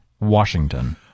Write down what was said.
Washington